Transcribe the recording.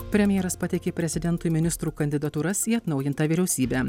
premjeras pateikė prezidentui ministrų kandidatūras į atnaujintą vyriausybę